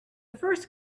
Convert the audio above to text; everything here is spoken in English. first